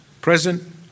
present